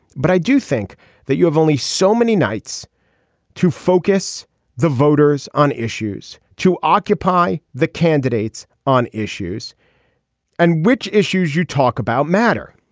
but i do think that you have only so many nights to focus the voters on issues to occupy the candidates on issues and which issues you talk about matter.